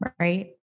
Right